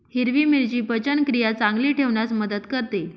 हिरवी मिरची पचनक्रिया चांगली ठेवण्यास मदत करते